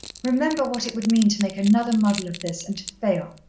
remember what it would mean to make another muddle of this, and to fail.